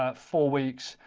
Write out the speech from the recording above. ah four weeks,